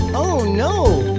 oh no!